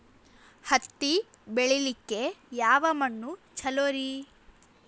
ಹತ್ತಿ ಬೆಳಿಲಿಕ್ಕೆ ಯಾವ ಮಣ್ಣು ಚಲೋರಿ?